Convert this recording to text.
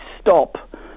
stop